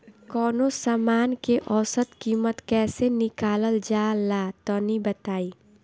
कवनो समान के औसत कीमत कैसे निकालल जा ला तनी बताई?